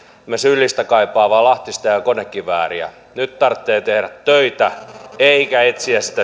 emmä syyllistä kaipaa vaan lahtista ja ja konekivääriä nyt tarttee tehrä töitä eikä etsiä sitä